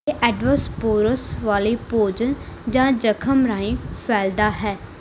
ਇਹ ਐਂਡੋਸਪੋਰਸ ਵਾਲੇ ਭੋਜਨ ਜਾਂ ਜ਼ਖ਼ਮ ਰਾਹੀਂ ਫੈਲਦਾ ਹੈ